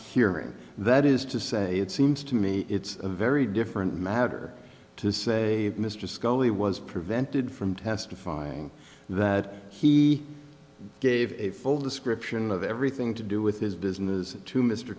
hearing that is to say it seems to me it's a very different matter to say mr scully was prevented from testifying that he gave a full description of everything to do with his business to mr